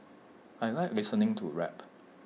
I Like listening to rap